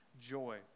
joy